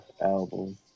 Album